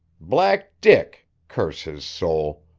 black dick curse his soul.